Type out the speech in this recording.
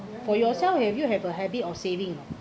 for yourself have you have a habit of saving no